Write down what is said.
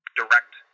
direct